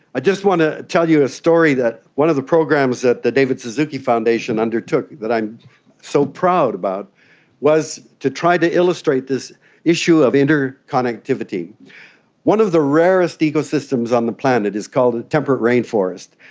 i just want to tell you a story that one of the programs that the david suzuki foundation undertook that i so proud about was to try to illustrate this issue of inter-connectivity. one of the rarest ecosystems on the planet is called temperate rainforest,